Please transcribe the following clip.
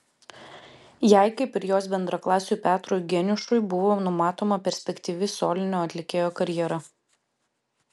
jai kaip ir jos bendraklasiui petrui geniušui buvo numatoma perspektyvi solinio atlikėjo karjera